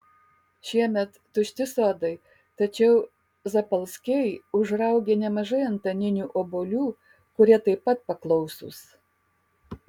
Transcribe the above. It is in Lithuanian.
šiemet tušti sodai tačiau zapalskiai užraugė nemažai antaninių obuolių kurie taip pat paklausūs